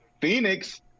Phoenix